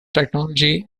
technology